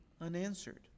unanswered